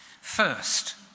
First